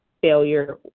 failure